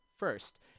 First